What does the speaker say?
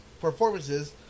performances